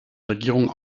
regierung